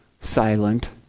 silent